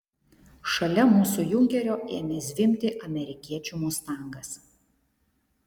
šalia mūsų junkerio ėmė zvimbti amerikiečių mustangas